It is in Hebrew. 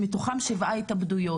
שמתוכם שבעה התאבדויות.